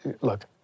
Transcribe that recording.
look